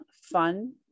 fun